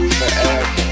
forever